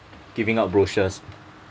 giving out brochures